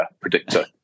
predictor